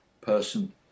person